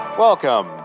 Welcome